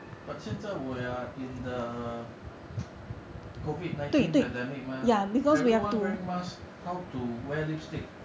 but 现在 we are in the COVID nineteen period ma everyone wear mask how to wear lipstick